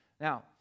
Now